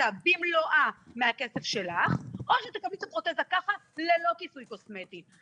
במלואה מהכסף שלך או שתקבלי את הפרוטזה ככה ללא כיסוי קוסמטי.